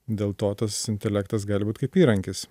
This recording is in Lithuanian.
dėl to tas intelektas gali būt kaip įrankis